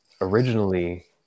Originally